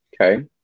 Okay